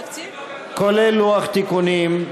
כולל לוח תיקונים,